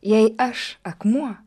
jei aš akmuo